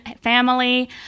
family